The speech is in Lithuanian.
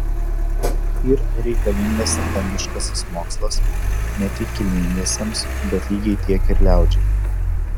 yr reikalingas dangiškasis mokslas ne tik kilmingiesiems bet lygiai tiek ir liaudžiai